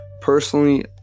personally